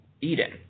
Eden